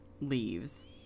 leaves